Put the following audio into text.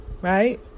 Right